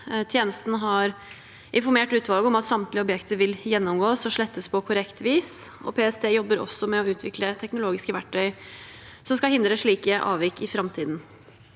Tjenesten har informert utvalget om at samtlige objekter vil gjennomgås og slettes på korrekt vis, og PST jobber også med å utvikle teknologiske verktøy som skal hindre slike avvik i framtiden.